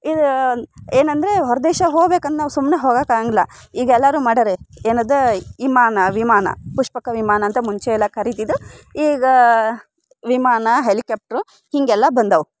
ಇದು ಏನೆಂದರೆ ಹೊರ ದೇಶ ಹೋಗ್ಬೇಕು ಅಂದು ನಾವು ಸುಮ್ಮನೇ ಹೋಗೋಕೆ ಆಗೋಂಗಿಲ್ಲ ಈಗ ಎಲ್ಲರೂ ಮಾಡಾರೆ ಏನದು ವಿಮಾನ ವಿಮಾನ ಪುಷ್ಪಕ ವಿಮಾನ ಅಂತ ಮುಂಚೆ ಎಲ್ಲ ಕರೀತಿದ್ರು ಈಗ ವಿಮಾನ ಹೆಲಿಕ್ಯಾಪ್ಟ್ರು ಹೀಗೆಲ್ಲ ಬಂದವು